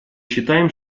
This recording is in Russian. считаем